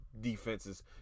defenses